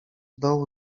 dołu